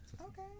Okay